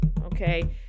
Okay